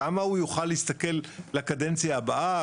כמה הוא יוכל להסתכל לקדנציה הבאה?